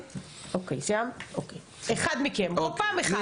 אחד מכם, בכל פעם אחד.